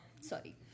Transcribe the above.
Sorry